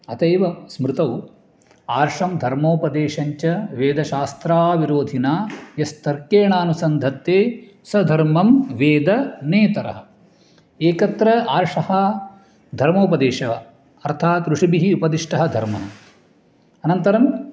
अत एव स्मृतौ आर्षं धर्मोपदेशञ्च वेदशास्त्राविरोधिना यस्तर्केणानुसन्धत्ते स धर्मं वेद नेतरः एकत्र आर्षः धर्मोपदेश अर्थात् ऋषिभिः उपदिष्टः धर्मः अनन्तरं